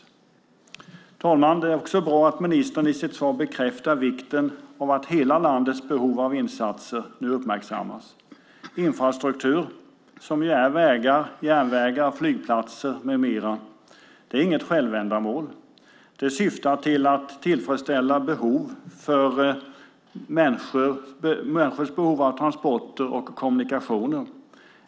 Fru talman! Det är också bra att ministern i sitt svar bekräftar vikten av att hela landets behov av insatser nu uppmärksammas. Infrastruktur som vägar, järnvägar, flygplatser med mera är inget självändamål. De syftar till att tillfredsställa människors behov av transporter och kommunikationer.